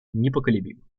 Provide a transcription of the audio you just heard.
непоколебима